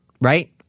right